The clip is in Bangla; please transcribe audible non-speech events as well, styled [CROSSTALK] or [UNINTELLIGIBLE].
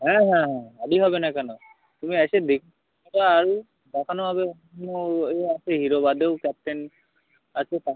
হ্যাঁ হ্যাঁ গাড়ি হবে না কেন তুমি এসে দেখ [UNINTELLIGIBLE] দেখানো হবে [UNINTELLIGIBLE] ওই আছে হিরো বাদেও ক্যাপটেন আছে তা